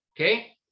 okay